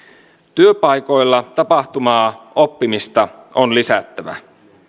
työpaikoilla tapahtuvaa oppimista on lisättävä